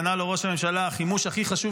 ענה לו ראש הממשלה: החימוש הכי חשוב